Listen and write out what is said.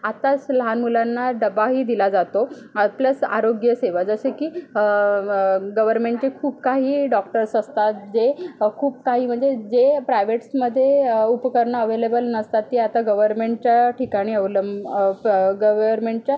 आत्ताच लहान मुलांना डबाही दिला जातो प्लस आरोग्य सेवा जसं की गवर्मेंटचे खूप काही डॉक्टर्स असतात जे खूप काही म्हणजे जे प्रायव्हेट्समध्ये उपकरणं अव्हेलेबल नसतात ती आता गवर्मेंटच्या ठिकाणी अवलं प गवर्मेंटच्या